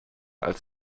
als